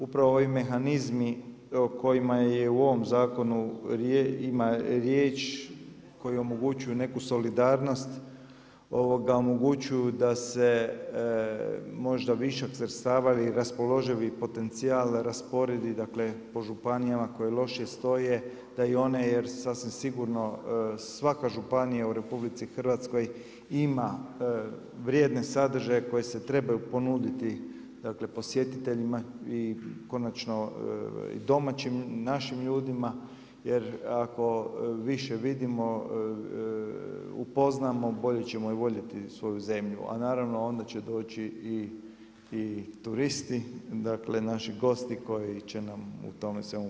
Upravo ovi mehanizmi o kojima je i u ovom zakonu ima riječ koji omogućuje neku solidarnost, omogućuju da se možda višak sredstava ili raspoloživi potencijal raspodijeli po županijama koje lošije stoje, da i one jer sasvim sigurno svaka županija u RH ima vrijedne sadržaje koje se trebaju ponuditi posjetiteljima i konačno našim domaćim ljudima jer ako više vidimo, upoznamo bolje ćemo je voljeti svoju zemlju, a naravno onda će doći i turisti dakle naši gosti koji će nam u tome svemu pomoći.